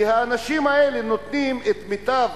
כי האנשים האלה נותנים את מיטב